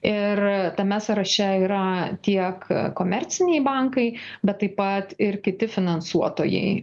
ir tame sąraše yra tiek komerciniai bankai bet taip pat ir kiti finansuotojai